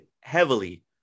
heavily